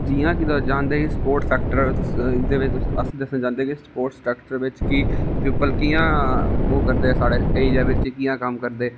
जि'यां कि तुस जानदे कि स्पोट सैक्टर ऐ तुस एहदे बिच तुस दस्सना चाहंदे कि स्पोट सैक्टर बिच कि प्यूपल कि'यां साढ़े एरिया च कम्म करदे